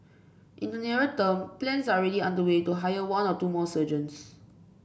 in the nearer term plans are already underway to hire one or two more surgeons